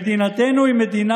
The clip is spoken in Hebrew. היא הנותנת.